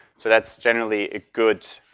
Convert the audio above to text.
so that's generally a good